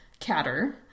catter